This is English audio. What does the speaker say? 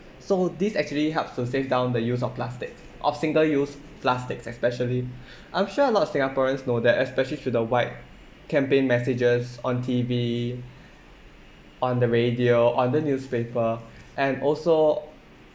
so this actually helps to save down the use of plastic of single-use plastics especially I'm sure a lot of singaporeans know that especially through the wide campaign messages on T_V on the radio on the newspaper and also